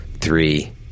three